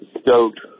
stoked